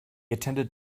attended